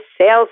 sales